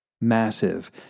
Massive